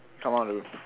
come out of the room